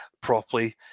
properly